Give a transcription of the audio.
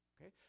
okay